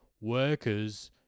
workers